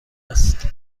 است